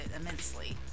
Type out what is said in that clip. immensely